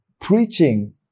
preaching